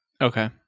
Okay